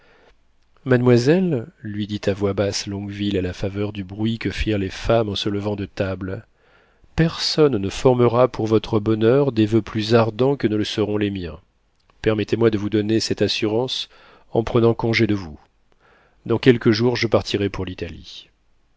mademoiselle lui dit à voix basse longueville à la faveur du bruit que firent les femmes en se levant de table personne ne formera pour votre bonheur des voeux plus ardents que ne le seront les miens permettez-moi de vous donner cette assurance en prenant congé de vous dans quelques jours je partirai pour l'italie